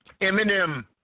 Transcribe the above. Eminem